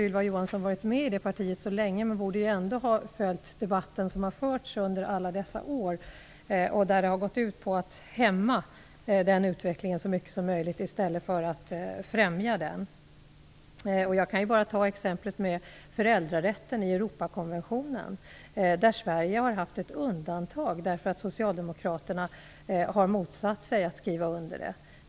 Ylva Johansson har ju inte varit med i partiet så länge, men hon borde ändå ha följt debatten som har förts under alla dessa år och som har gått ut på att hämma denna utveckling så mycket som möjligt i stället för att främja den. Jag kan nämna föräldrarätten i Europakonventionen som exempel. Sverige har haft ett undantag, därför att Socialdemokraterna har motsatt sig att skriva under detta.